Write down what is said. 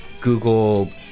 Google